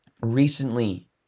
recently